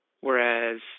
whereas